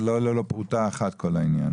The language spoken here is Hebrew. זה לא עולה לו פרוטה אחת כל העניין.